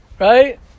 Right